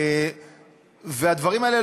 והדברים האלה,